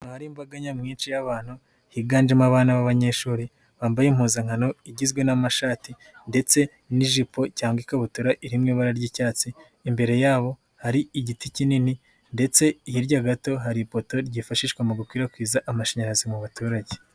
Ahari imbaga nyamwinshi y'abantu higanjemo abana b'abanyeshuri bambaye impuzankano igizwe n'amashati ndetse n'ijipo cyangwa ikabutura iri mu ibara ry'icyatsi, imbere yabo hari igiti kinini ndetse hirya gato hari ipoto ryifashishwa mu gukwirakwiza amashanyarazi mu baturage.